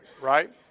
right